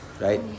Right